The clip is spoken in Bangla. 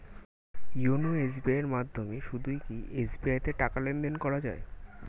ইওনো এস.বি.আই এর মাধ্যমে শুধুই কি এস.বি.আই তে টাকা লেনদেন করা যায়?